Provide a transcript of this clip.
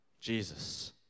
Jesus